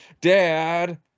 Dad